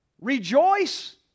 rejoice